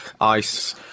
ice